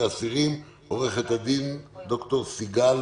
את הדיון הזה לקונטקסט אחר כי יש לנו ניסיון